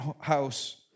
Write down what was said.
house